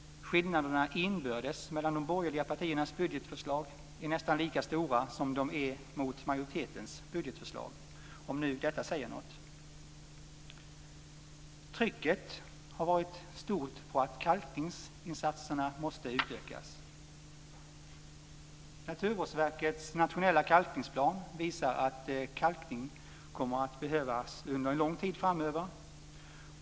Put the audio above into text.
Skillnaderna inbördes mellan de borgerliga partiernas budgetförslag är nästan lika stora som de är mot majoritetens budgetförslag - om nu detta säger något. Trycket har varit stort på att kalkningsinsatserna måste utökas. Naturvårdsverkets nationella kalkningsplan visar att kalkning kommer att behövas under en lång tid framöver.